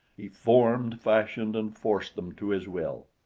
he formed, fashioned and forced them to his will.